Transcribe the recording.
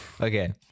Okay